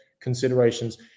considerations